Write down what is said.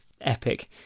epic